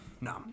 No